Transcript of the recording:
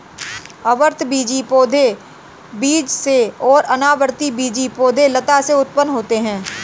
आवृतबीजी पौधे बीज से और अनावृतबीजी पौधे लता से उत्पन्न होते है